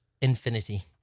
infinity